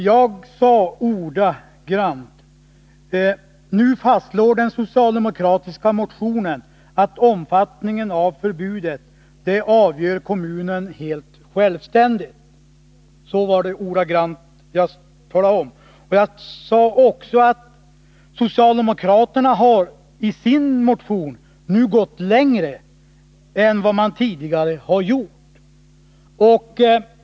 Jag sade ordagrant: ”Nu fastslår den socialdemokratiska motionen att kommunen helt självständigt bör få avgöra omfattningen av förbudet.” Jag sade också att socialdemokraterna i sin motion har gått längre än de tidigare har gjort.